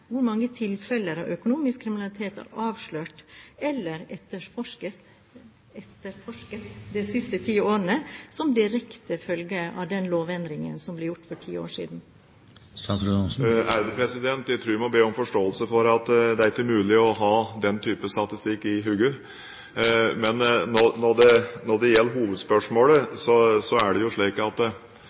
Hvor mange tilfeller av økonomisk kriminalitet er avslørt eller etterforsket de siste ti årene som direkte følge av den lovendringen som ble gjort for ti år siden? Jeg tror jeg må be om forståelse for at det ikke er mulig å ha den type statistikk i hodet. Men når det gjelder hovedspørsmålet, er det jo slik at